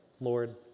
lord